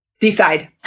Decide